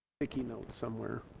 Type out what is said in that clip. sticky notes somewhere